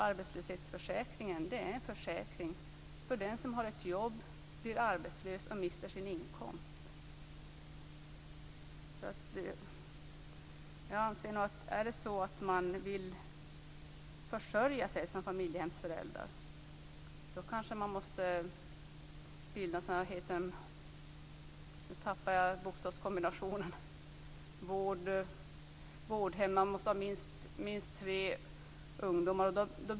Arbetslöshetsförsäkringen är en försäkring för den som har ett jobb, blir arbetslös och mister sin inkomst. Vill man försörja sig som familjehemsförälder anser jag nog att man måste bilda ett företag och starta ett vårdhem. Man måste ha minst tre ungdomar.